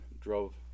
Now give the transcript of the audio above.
drove